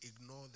ignore